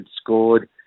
scored